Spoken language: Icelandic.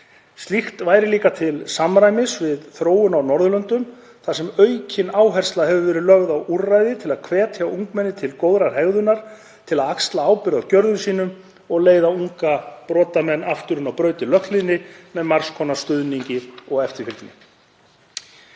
Slíkt væri í samræmi við þróun á Norðurlöndum þar sem aukin áhersla hefur verið lögð á úrræði til að hvetja ungmenni til góðrar hegðunar, til að axla ábyrgð á gjörðum sínum og leiða unga brotamenn aftur inn á brautir löghlýðni með margs konar stuðningi og eftirfylgni.